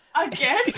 Again